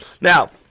Now